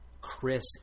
Chris